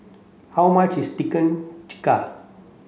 how much is Chicken Tikka